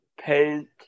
paint